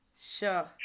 Sure